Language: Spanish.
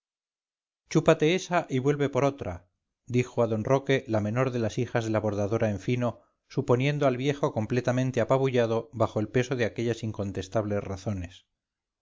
chúpate esa y vuelve por otra dijo a d roque la menor de las hijas de la bordadora en fino suponiendo al viejo completamente apabullado bajo el peso de aquellas incontestables razones